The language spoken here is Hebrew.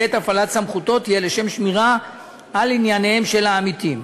בעת הפעלת סמכותו תהיה לשם שמירה על ענייניהם של העמיתים.